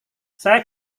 saya